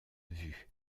vue